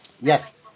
Yes